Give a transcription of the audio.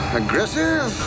aggressive